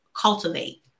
cultivate